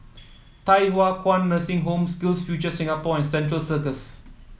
Thye Hua Kwan Nursing Home SkillsFuture Singapore and Central Circus